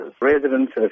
Residents